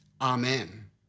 Amen